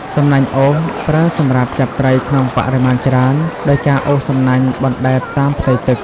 សំណាញ់អូស ប្រើសម្រាប់ចាប់ត្រីក្នុងបរិមាណច្រើន ដោយការអូសសំណាញ់បណ្ដែតតាមផ្ទៃទឹក។